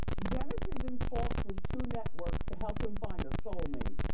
dennis is in talks with two networks to help him find a soulmate.